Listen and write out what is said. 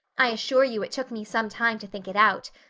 i assure you it took me some time to think it out.